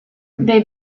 they